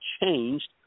changed